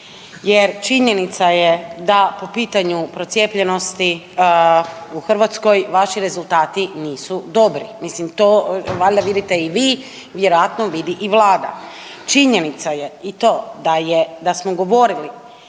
jer činjenica je da po pitanju procijepljenosti u Hrvatskoj vaši rezultati nisu dobri. Mislim to valjda vidite i vi, vjerojatno vidi i vlada. Činjenica je i to da smo govorili